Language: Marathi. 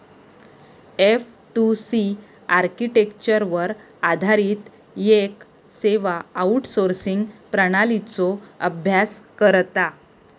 एफ.टू.सी आर्किटेक्चरवर आधारित येक सेवा आउटसोर्सिंग प्रणालीचो अभ्यास करता